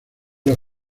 los